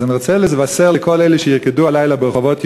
אז אני רוצה לבשר לכל אלה שירקדו הלילה ברחובות ירושלים,